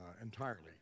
entirely